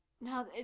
now